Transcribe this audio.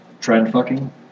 trend-fucking